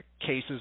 cases